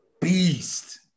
beast